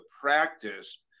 practice